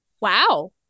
Wow